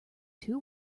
two